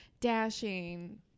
dashing